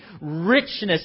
richness